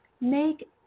Make